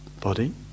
Body